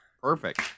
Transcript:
Perfect